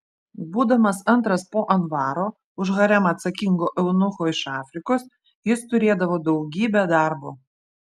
būdamas antras po anvaro už haremą atsakingo eunucho iš afrikos jis turėdavo daugybę darbo